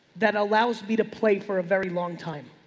that allows me to play for a very long time